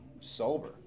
sober